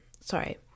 sorry